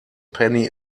penny